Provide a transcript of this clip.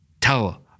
Tell